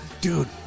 Dude